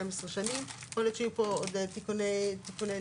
שנים." יכול להיות שיהיו פה עוד תיקוני נוסח,